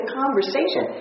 conversation